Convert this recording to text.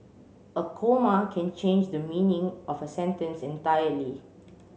a comma can change the meaning of a sentence entirely